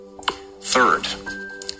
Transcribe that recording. Third